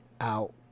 out